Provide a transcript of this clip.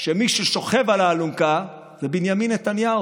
כשמי ששוכב על האלונקה זה בנימין נתניהו,